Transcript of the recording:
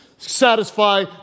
satisfy